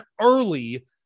early